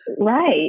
right